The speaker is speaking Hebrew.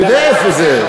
אני יודע איפה זה.